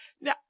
Now